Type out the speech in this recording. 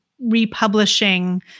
republishing